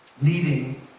needing